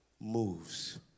Moves